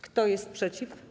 Kto jest przeciw?